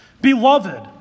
Beloved